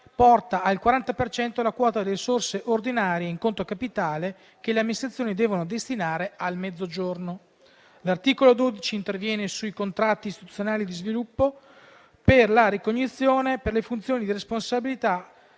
per cento la quota di risorse ordinarie in conto capitale che le amministrazioni devono destinare al Mezzogiorno. L'articolo 12 interviene sui contratti istituzionali di sviluppo per la ricognizione delle funzioni di responsabile